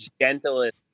gentlest